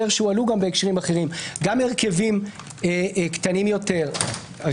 שהועלו גם בהקשרים אחרים גם הרכבים קטנים יותר,